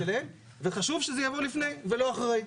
וחשוב שזה יבוא לפני ולא אחרי.